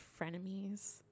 frenemies